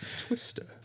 Twister